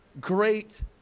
great